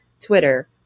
Twitter